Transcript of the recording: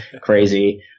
crazy